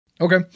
Okay